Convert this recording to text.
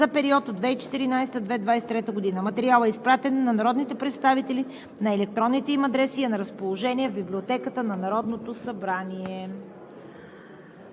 за периода 2014 – 2023 г. Материалът е изпратен на народните представители на електронните им адреси и е на разположение в Библиотеката на Народното събрание.